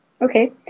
okay